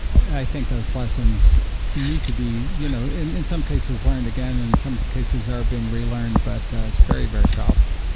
i think those lessons need to be you know in in some cases, learned again and in some cases are being re-learned, but it's very, very powerful